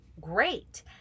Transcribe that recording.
great